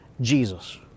Jesus